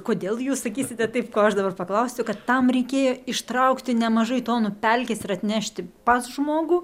kodėl jūs sakysite taip ko aš dabar paklausiu kad tam reikėjo ištraukti nemažai tonų pelkės ir atnešti pas žmogų